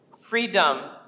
Freedom